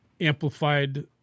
amplified